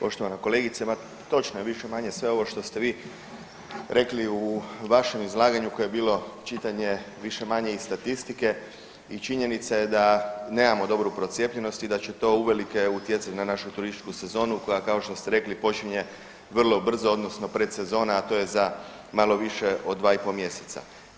Poštovana kolegice, ma točno je više-manje sve ovo što ste vi rekli u vašem izlaganju koje je bilo čitanje, više-manje iz statistike i činjenica je da nemamo dobru procijepljenost i da će to uvelike utjecati na našu turističku sezonu, koja, kao što ste rekli, počinje vrlo brzo, odnosno predsezona, a to je za malo više od 2,5 mjeseca.